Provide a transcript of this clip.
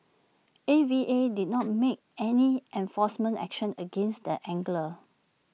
A V A did not make any enforcement action against the angler